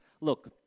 Look